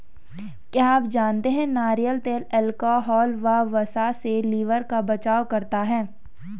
क्या आप जानते है नारियल तेल अल्कोहल व वसा से लिवर का बचाव करता है?